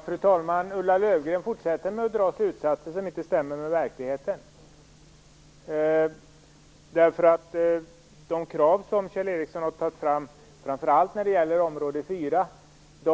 Fru talman! Ulla Löfgren fortsätter att dra slutsatser som inte stämmer med verkligheten. De krav Kjell Ericsson har ställt - framför allt de som gäller område 4 -